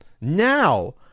Now